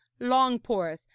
longporth